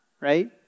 right